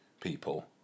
people